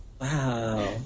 wow